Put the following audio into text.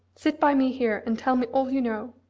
sit by me here, and tell me all you know,